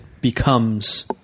becomes